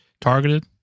targeted